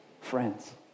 friends